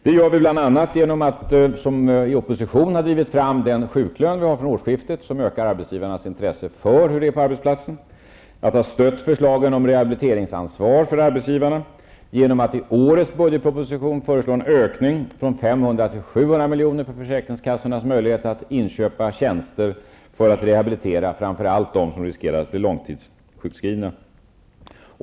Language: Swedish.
Vi gör detta bl.a. genom att vi som opposition har drivit fram den sjuklön vi har infört från årsskiftet och som ökar arbetsgivarnas intresse för förhållandena på arbetsplatsen. Vi gör det genom att vi har stött förslagen om rehabiliteringsansvar för arbetsgivarna och genom att i årets budgetproposition föreslå en ökning från 500 milj.kr till 700 milj.kr. av försäkringskassornas anslag för inköp av tjänster för rehabilitering av framför allt dem som riskerar att bli långtidssjukskrivna.